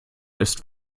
ist